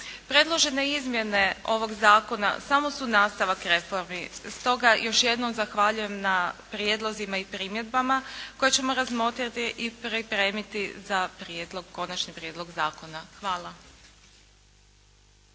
Predložene izmjene ovog zakona samo su nastavak reformi. Stoga još jednom zahvaljujem na prijedlozima i primjedbama koje ćemo razmotriti i pripremiti za prijedlog, konačni prijedlog zakona. Hvala.